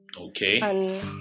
Okay